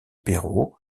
perrot